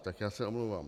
Tak já se omlouvám.